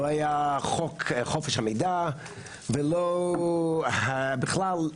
לא היה חופש המידע ולא בכלל,